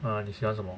uh 你喜欢什么